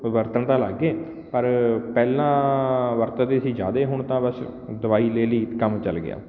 ਵਰਤਣ ਤਾਂ ਲੱਗ ਗਏ ਪਰ ਪਹਿਲਾਂ ਵਰਤਦੇ ਸੀ ਜ਼ਿਆਦਾ ਹੁਣ ਤਾਂ ਬਸ ਦਵਾਈ ਲੈ ਲਈ ਕੰਮ ਚੱਲ ਗਿਆ